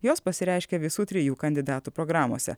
jos pasireiškia visų trijų kandidatų programose